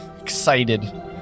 excited